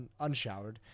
Unshowered